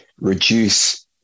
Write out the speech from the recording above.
reduce